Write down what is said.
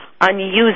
unused